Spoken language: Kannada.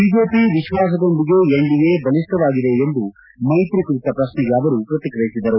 ಬಿಜೆಪಿ ಎತ್ವಾಸದೊಂದಿಗೆ ಎನ್ಡಿಎ ಬಲಿಷ್ಠವಾಗಿದೆ ಎಂದು ಮೈತ್ರಿ ಕುರಿತ ಪ್ರಶ್ನೆಗೆ ಪ್ರಕ್ರಿಯಿಸಿದರು